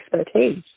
expertise